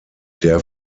der